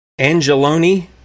Angeloni